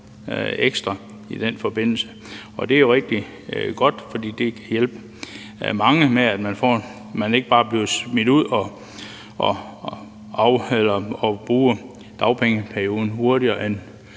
ekstra i den forbindelse. Det er jo rigtig godt, for det kan hjælpe mange, så de ikke bare bliver smidt ud efter at have brugt dagpengeperioden hurtigere, end